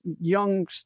young